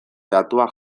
datuak